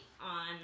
on